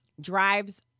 drives